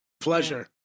Pleasure